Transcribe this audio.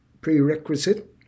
Prerequisite